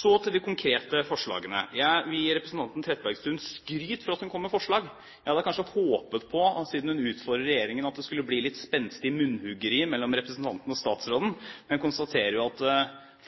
Så til de konkrete forslagene. Jeg vil gi representanten Trettebergstuen skryt for at hun kommer med forslag. Jeg hadde kanskje håpet på, siden hun utfordret regjeringen, at det skulle bli litt spenstig munnhuggeri mellom representanten og statsråden, men konstaterer at det